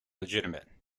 legitimate